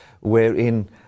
wherein